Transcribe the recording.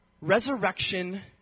resurrection